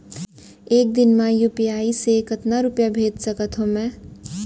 एक दिन म यू.पी.आई से कतना रुपिया भेज सकत हो मैं?